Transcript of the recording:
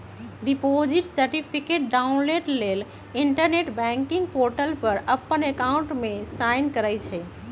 deposit certificate download लेल internet banking portal पर अप्पन अकाउंट में साइन करइ छइ